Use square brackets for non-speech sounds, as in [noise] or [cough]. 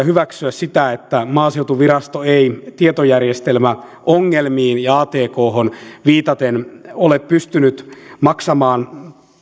[unintelligible] hyväksyä sitä että maaseutuvirasto ei tietojärjestelmäongelmiin ja atkhon viitaten ole pystynyt maksamaan